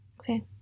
Okay